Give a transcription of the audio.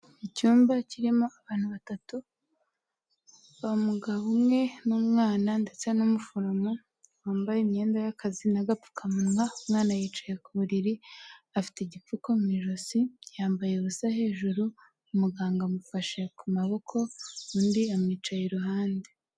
Icyumba kirimo abantu batatu, hari umugabo umwe n'umwana ndetse n'umuforomo wambaye imyenda y'akazi n'agapfukamunwa, umwana yicaye ku buriri, afite igipfuka mu ijosi, yambaye ubusa hejuru, umuganga amufashe ku maboko undi amwicaye iruhande.